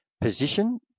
position